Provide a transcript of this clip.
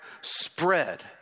spread